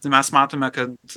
tai mes matome kad